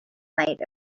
night